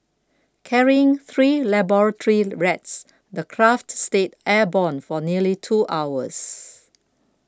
carrying three laboratory rats the craft stayed airborne for nearly two hours